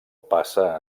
passa